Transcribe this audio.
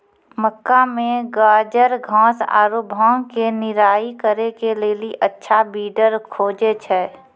मक्का मे गाजरघास आरु भांग के निराई करे के लेली अच्छा वीडर खोजे छैय?